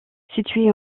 situées